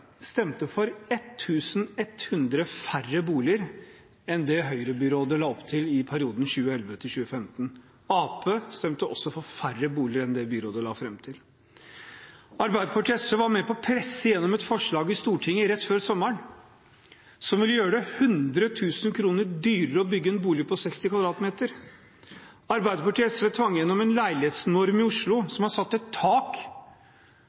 stemte for 1 100 færre boliger enn det Høyre-byrådet la opp til i perioden 2011–2015. Arbeiderpartiet stemte også for færre boliger enn det byrådet la opp til. Arbeiderpartiet og SV var med på å presse igjennom et forslag i Stortinget rett før sommeren som vil gjøre det 100 000 kr dyrere å bygge en bolig på 60 m 2 . Arbeiderpartiet og SV tvang igjennom en leilighetsnorm i Oslo som har satt et tak